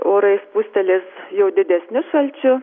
orai spustelės jau didesniu šalčiu